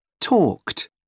talked